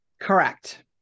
Correct